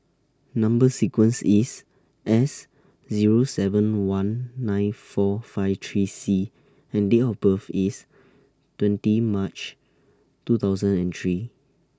Number sequence IS S Zero seven one nine four five three C and Date of birth IS twenty March two thousand and three